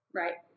right